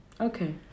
Okay